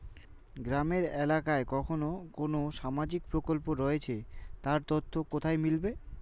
গ্রামের এলাকায় কখন কোন সামাজিক প্রকল্প রয়েছে তার তথ্য কোথায় মিলবে?